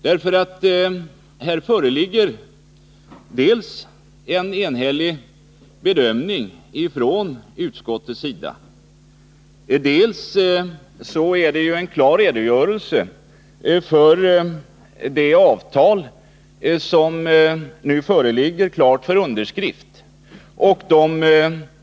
Dels föreligger en enhällig bedömning från utskottets sida, dels lämnas en klar redogörelse för det avtal som nu ligger klart för underskrift.